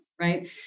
Right